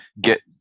get